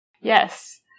Yes